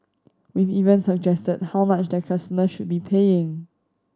we've even suggested how much their customer should be paying